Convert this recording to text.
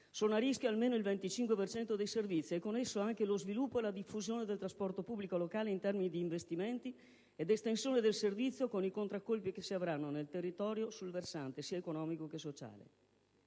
È a rischio almeno il 25 per cento dei servizi e con esso anche lo sviluppo e la diffusione del trasporto pubblico locale in termini di investimenti ed estensione del servizio, con i contraccolpi che si avranno sul territorio sul versante sia economico che sociale.